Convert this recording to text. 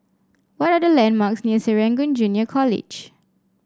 what are the landmarks near Serangoon Junior College